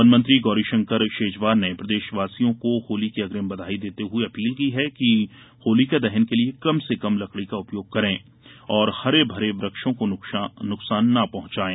one मंत्री गौरी शंकर शेजवार ने प्रदेशवासियों को होली की अग्रिम बधाई देते हुए अपील की है कि होलिका दहन के लिए कम से कम लकड़ी का उपयोग करें और हरे भरे वृक्षों को नुकसान न पहुंचाये